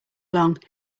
long